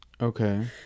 okay